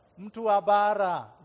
Mtuabara